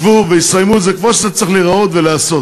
ישבו ויסיימו את זה כמו שזה צריך להיראות ולהיעשות.